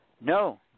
No